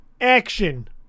Action